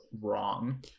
wrong